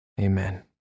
Amen